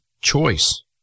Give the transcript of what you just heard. choice